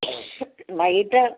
ആ സ വൈകിട്ട്